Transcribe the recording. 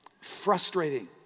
frustrating